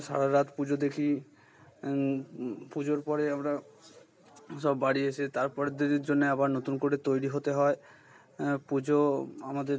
সারা রাত পুজো দেখি পুজোর পরে আমরা সব বাড়ি এসে তার পরের দিনের জন্যে আবার নতুন করে তৈরি হতে হয় পুজো আমাদের